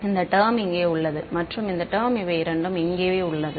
எனவே இந்த டெர்ம் இங்கே உள்ளது மற்றும் இந்த டெர்ம் இவை இரண்டும் இங்கே உள்ளது